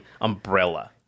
umbrella